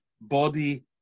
body